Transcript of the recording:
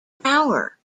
power